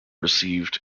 received